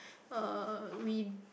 uh we